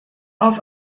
auf